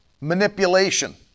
manipulation